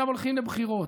אתם עכשיו הולכים לבחירות.